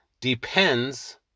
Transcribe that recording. Depends